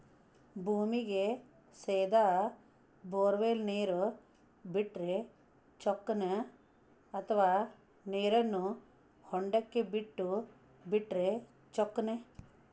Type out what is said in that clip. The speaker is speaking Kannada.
ಭೂಮಿಗೆ ಸೇದಾ ಬೊರ್ವೆಲ್ ನೇರು ಬಿಟ್ಟರೆ ಚೊಕ್ಕನ ಅಥವಾ ನೇರನ್ನು ಹೊಂಡಕ್ಕೆ ಬಿಟ್ಟು ಬಿಟ್ಟರೆ ಚೊಕ್ಕನ?